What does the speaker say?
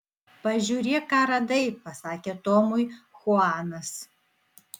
pažiūrėk ką radai pasakė tomui chuanas